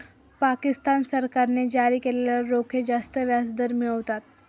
पाकिस्तान सरकारने जारी केलेले रोखे जास्त व्याजदर मिळवतात